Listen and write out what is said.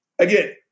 Again